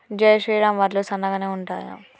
జై శ్రీరామ్ వడ్లు సన్నగనె ఉంటయా?